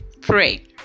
Pray